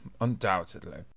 undoubtedly